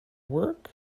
work